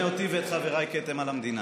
ואת חבריי "כתם על המדינה".